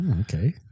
Okay